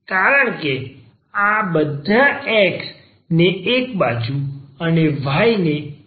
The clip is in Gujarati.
કારણ કે આપણે આ બધા x ને એક બાજુ અને y ને બીજી બાજુ નહીં લાવી શકીએ